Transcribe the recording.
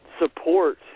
support